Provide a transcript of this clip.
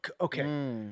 okay